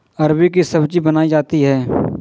अरबी की सब्जी बनायीं जाती है